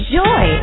joy